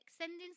sending